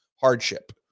hardship